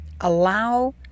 allow